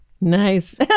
Nice